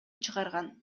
чыгарган